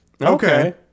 Okay